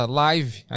live